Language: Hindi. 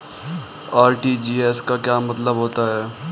आर.टी.जी.एस का क्या मतलब होता है?